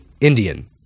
Indian